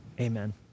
Amen